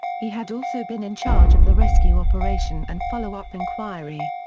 he had also been in charge of the rescue operation and follow-up inquiry.